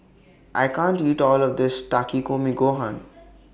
I can't eat All of This Takikomi Gohan